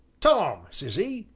tom, says e,